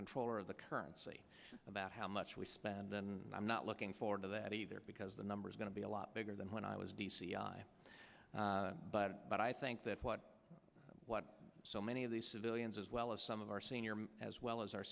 controller of the currency about how much we spend then i'm not looking forward to that either because the number is going to be a lot bigger than when i was d c i but but i think that what so many of these civilians as well as some of our senior as well as our